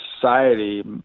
society